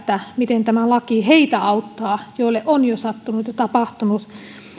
miten tämä laki auttaa heitä joille jo on sattunut ja tapahtunut